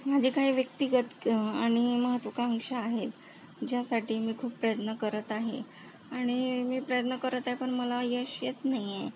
माझे काही व्यक्तिगत आणि महत्त्वाकांक्षा आहेत ज्यासाठी मी खूप प्रयत्न करत आहे आणि मी प्रयत्न करत आहे पण मला यश येत नाहीये